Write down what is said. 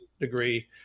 degree